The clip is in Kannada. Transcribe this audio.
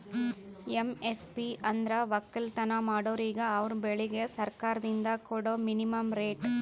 ಎಮ್.ಎಸ್.ಪಿ ಅಂದ್ರ ವಕ್ಕಲತನ್ ಮಾಡೋರಿಗ ಅವರ್ ಬೆಳಿಗ್ ಸರ್ಕಾರ್ದಿಂದ್ ಕೊಡಾ ಮಿನಿಮಂ ರೇಟ್